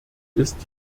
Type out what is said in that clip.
ist